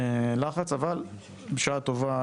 לחץ אבל בשעה טובה.